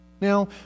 Now